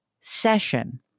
session